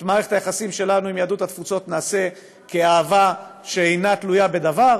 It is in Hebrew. את מערכת היחסים שלנו עם יהדות התפוצות נעשה כאהבה שאינה תלויה בדבר.